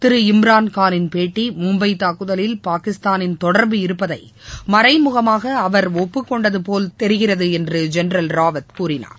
திரு இம்ராள் காளின் பேட்டி மும்பை தாக்குதலில் பாகிஸ்தானின் தொடர்பு இருப்பதை மறைமுகமாக அவர் ஒப்புக்கொண்டது போல் தெரிகிறது என்று ஜெனரல் ராவத் கூறினார்